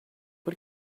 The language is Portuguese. por